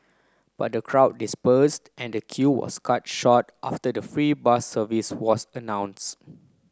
but the crowd dispersed and the queue was cut short after the free bus service was announced